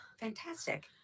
Fantastic